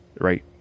right